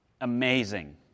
amazing